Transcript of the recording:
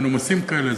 הם מנומסים כאלה,